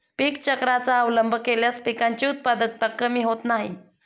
पीक चक्राचा अवलंब केल्यास पिकांची उत्पादकता कमी होत नाही